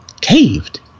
caved